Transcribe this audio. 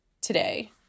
today